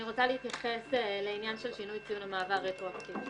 אני רוצה להתייחס לעניין של שינוי ציון המעבר רטרואקטיבית.